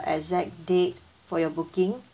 exact date for your booking